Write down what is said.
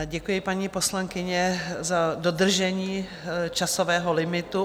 Děkuji, paní poslankyně, za dodržení časového limitu.